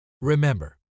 Remember